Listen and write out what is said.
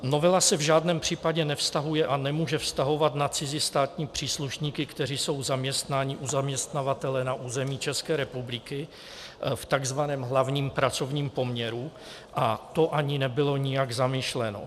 Novela se v žádném případě nevztahuje a nemůže vztahovat na cizí státní příslušníky, kteří jsou zaměstnáni u zaměstnavatele na území České republiky v tzv. hlavním pracovním poměru, a to ani nebylo nijak zamýšleno.